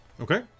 Okay